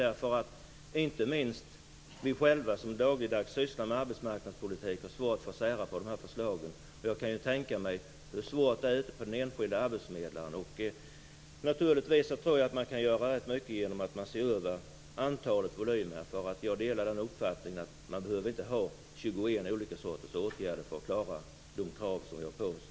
Även vi som själva dagligdags sysslar med arbetsmarknadspolitik har svårt att hålla i sär de här förslagen, och jag kan tänka mig hur svårt det är för den enskilde arbetsförmedlaren. Jag tror att man kan göra rätt mycket genom att se över antalet volymer. Jag delar uppfattningen att man inte behöver ha 21 olika sorters åtgärder för att klara de krav som ställs på oss.